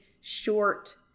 short